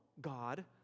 god